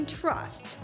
trust